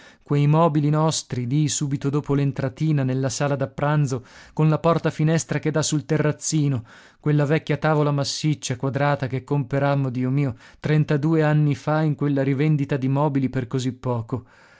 quei mobili nostri lì subito dopo l'entratina nella sala da pranzo con la portafinestra che dà sul terrazzino quella vecchia tavola massiccia quadrata che comperammo dio mio trentadue anni fa in quella rivendita di mobili per così poco